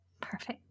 Perfect